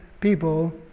people